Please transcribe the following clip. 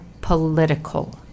political